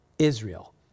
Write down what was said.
israel